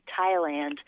Thailand